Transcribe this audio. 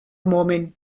movement